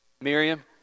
Miriam